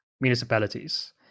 municipalities